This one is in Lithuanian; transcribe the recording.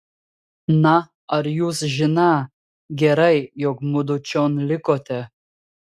na ar jūs žiną gerai jog mudu čion likote